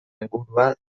ingurua